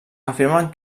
afirmen